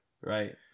right